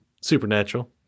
Supernatural